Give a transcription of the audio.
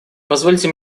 позвольте